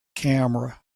camera